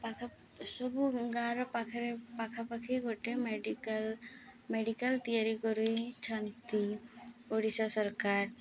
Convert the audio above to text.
ପାଖା ସବୁ ଗାଁର ପାଖରେ ପାଖାପାଖି ଗୋଟେ ମେଡ଼ିକାଲ୍ ମେଡ଼ିକାଲ୍ ତିଆରି କରିଛନ୍ତି ଓଡ଼ିଶା ସରକାର